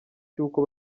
cy’uko